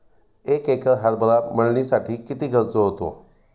एक एकर हरभरा मळणीसाठी किती खर्च होतो?